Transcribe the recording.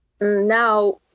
now